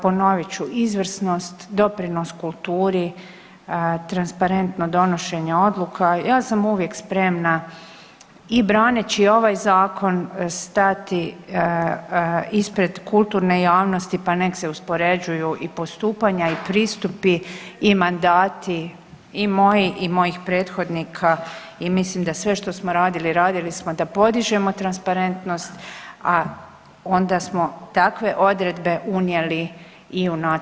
Ponovit ću, izvrsnost, doprinos kulturi, transparentno donošenje odluka, ja sam uvijek spremna i braneći ovaj Zakon stati ispred kulturne javnosti pa nek se uspoređuju i postupanja i pristupi i mandati i moji i mojih prethodnika i mislim da sve što smo radili, radili smo da podižemo transparentnost, a onda smo takve odredbe unijeli i u nacrt ovog Zakona.